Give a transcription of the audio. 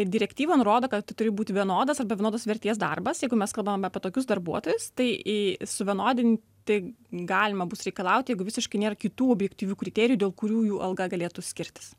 direktyva nurodo kad turi būti vienodas arba vienodos vertės darbas jeigu mes kalbame apie tokius darbuotojus tai į suvienodinti galima bus reikalauti jeigu visiškai nėra kitų objektyvių kriterijų dėl kurių jų alga galėtų skirtis